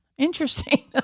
interesting